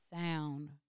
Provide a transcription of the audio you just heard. sound